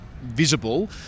visible